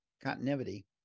continuity